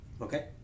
Okay